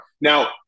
Now